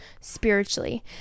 spiritually